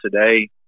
today